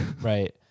Right